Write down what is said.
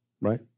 right